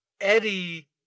Eddie